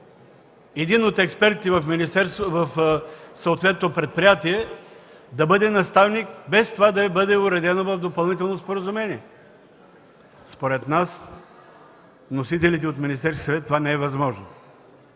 един от експертите в съответното предприятие да бъде наставник, без това да бъде уредено в допълнително споразумение? Според нас, вносителите от Министерския съвет, това не е възможно.